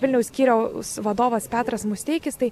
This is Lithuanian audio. vilniaus skyriaus vadovas petras musteikis tai